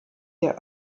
der